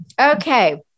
Okay